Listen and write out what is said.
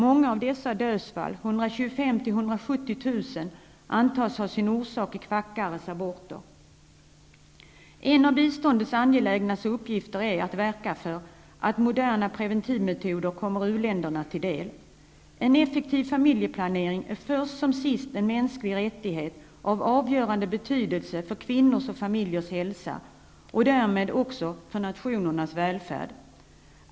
Många av dessa dödsfall -- 125 000--170 000 -- antas ha sin orsak i kvackares aborter. En av biståndets angelägnaste uppgifter är att verka för att moderna preventivmetoder kommer uländerna till del. En effektiv familjeplanering är först som sist en mänsklig rättighet av avgörande betydelse för kvinnors och familjers hälsa och därmed också för nationernas välfärd.